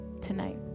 tonight